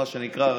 מה שנקרא,